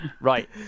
Right